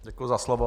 Děkuji za slovo.